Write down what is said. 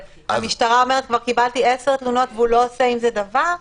והמשטרה אומרת: כבר קיבלתי עשר תלונות והוא לא עושה עם זה דבר,